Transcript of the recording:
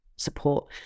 Support